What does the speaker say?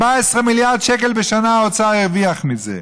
14 מיליארד שקל בשנה האוצר הרוויח מזה,